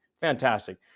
Fantastic